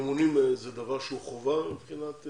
ממונים זה דבר שהוא חובה למנות?